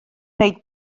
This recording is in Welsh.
wneud